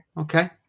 Okay